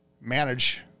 manage